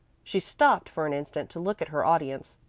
she stopped for an instant to look at her audience.